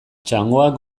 txangoak